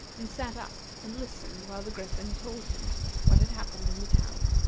and sat up and listened while the griffin told him what had happened in the town.